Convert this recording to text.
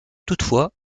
toutefois